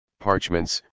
parchments